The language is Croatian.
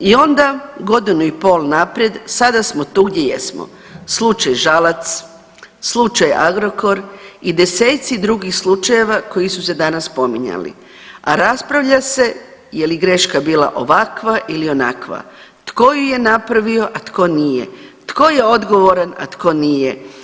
I onda godinu i pol naprijed sada smo tu gdje jesmo, slučaj Žalac, slučaj Agrokor i deseci drugih slučajeva koji su se danas spominjali, a raspravlja se je li greška bila ovakva ili onakva, tko ju je napravio, a tko nije, tko je odgovoran, a tko nije.